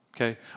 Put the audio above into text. okay